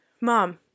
mom